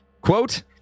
Quote